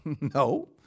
No